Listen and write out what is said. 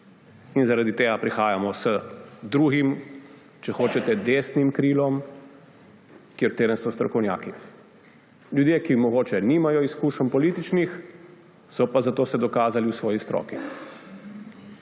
In zaradi tega prihajamo z drugim, če hočete, desnim krilom, v katerem so strokovnjaki. Ljudje, ki mogoče nimajo političnih izkušenj, so pa se zato dokazali v svoji stroki.